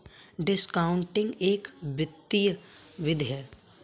discounting एक वित्तीय विधि है